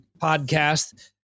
podcast